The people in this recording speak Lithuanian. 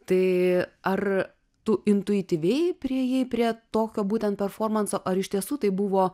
tai ar tu intuityviai priėjai prie tokio būtent performanso ar iš tiesų tai buvo